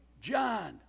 John